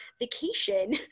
vacation